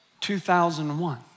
2001